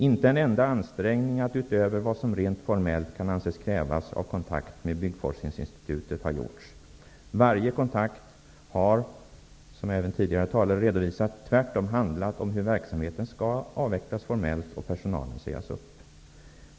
Inte en enda ansträngning, att utöver vad som rent formellt kan anses krävas vid kontakt med Byggforskningsinstitutet, har gjorts. Varje kontakt har, som även tidigare talare har redovisat, tvärtom handlat om hur verksamheten formellt skall avvecklas och om att personalen skall sägas upp.